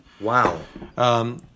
Wow